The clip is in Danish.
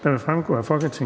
der vil fremgå af Folketingets